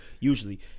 usually